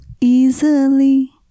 easily